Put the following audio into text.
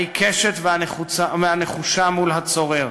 העיקשת והנחושה מול הצורר.